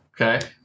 Okay